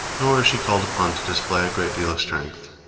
nor is she called upon to display a great deal of strength.